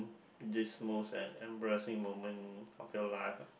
this most e~ embarrassing moment of your life ah